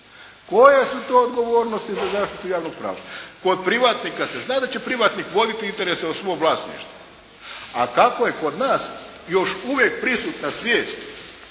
Koje su to odgovornosti za zaštitu javnog prava? Kod privatnika se zna da će privatnik voditi interese o svom vlasništvu. Ali kako je kod nas još uvijek prisutna svijest